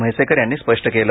म्हैसेकर यांनी स्पष्ट केलं